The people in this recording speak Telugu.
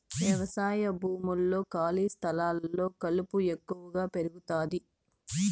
వ్యవసాయ భూముల్లో, ఖాళీ స్థలాల్లో కలుపు ఎక్కువగా పెరుగుతాది